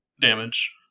damage